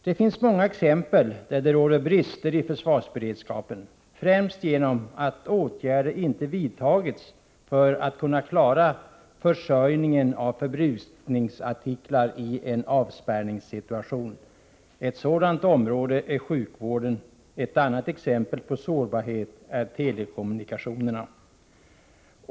Det finns många exempel där det råder brister i försvarets civila försvarsberedskapen, främst genom att åtgärder inte vidtagits för att kunna delarm.m. klara försörjningen av förbrukningsartiklar i en avspärrningssituation. Ett sådant område är sjukvården, ett annat exempel på sårbarhet är telekommunikationerna.